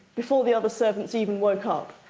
before the other servants even woke up,